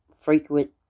frequent